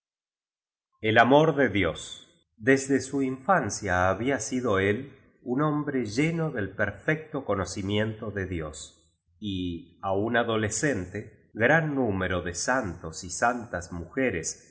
el amor de dios desde su infancia había sido él un hombre lleno del per fecto conocimiento de dios y aun adolescente gran número de santos y santas mujeres